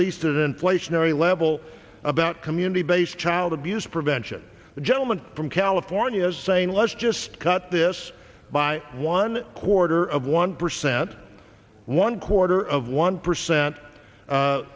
that inflationary level about community based child abuse prevention the gentleman from california is saying let's just cut this by one quarter of one percent one quarter of one percent